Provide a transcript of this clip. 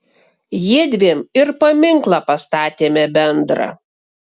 jiedviem ir paminklą pastatėme bendrą